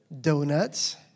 Donuts